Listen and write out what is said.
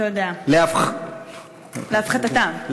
להפחתתם,